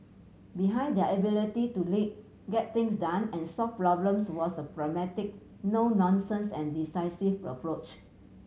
behind their ability to lead get things done and solve problems was a pragmatic no nonsense and decisive approach